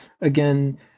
again